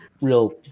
real